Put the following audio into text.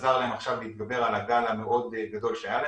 שעזר להם עכשיו להתגבר על הגל המאוד גדול שהיה להם,